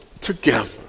together